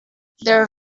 der